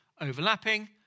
overlapping